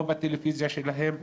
לא בטלוויזיה שלהם,